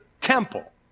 temple